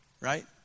right